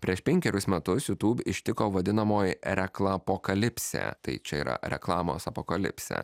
prieš penkerius metus jutūb ištiko vadinamoji raklapokalipsė tai čia yra reklamos apokalipsė